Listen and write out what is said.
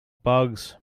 bugs